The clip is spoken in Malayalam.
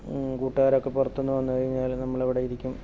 കൂട്ടുകാരൊക്കെ പുറത്തുനിന്ന് വന്നുകഴിഞ്ഞാൽ നമ്മളവിടെ ഇരിക്കും